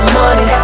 money